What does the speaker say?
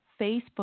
Facebook